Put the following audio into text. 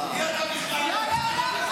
אלים.